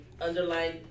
underline